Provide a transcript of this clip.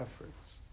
efforts